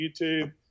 youtube